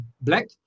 black